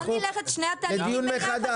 בואו נראה את שני התהליכים ביחד.